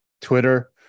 Twitter